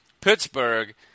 Pittsburgh